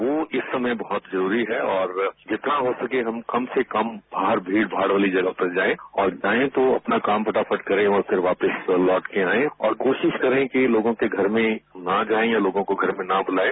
वह इस समय बहुत जरूरी है और जितना हो सके हम कम से कम बाहर भीड भाड़ वाली जगह पर जाएं और जाएं तो अपना काम फटाफट करें और फिर वापिस लौटकर आएं और कोरिश करे कि लोगों के घर में ना जाएं या लोगों को घर में न बुलाएं